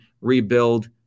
rebuild